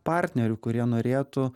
partnerių kurie norėtų